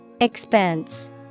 Expense